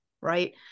Right